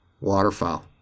waterfowl